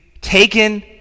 taken